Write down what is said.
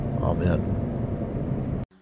Amen